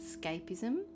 escapism